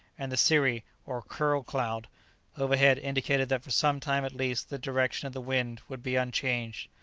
and the cirri, or curl-cloud overhead indicated that for some time at least the direction of the wind would be unchanged.